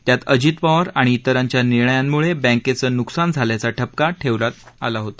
त्यात अजित पवार आणि तिरांच्या निर्णयांमुळं बँकेचं नुकसान झाल्याचा ठपका ठेवला होता